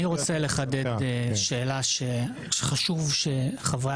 אני רוצה לחדד שאלה שחשוב שחברי